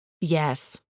Yes